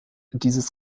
dieses